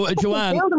Joanne